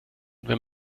wenn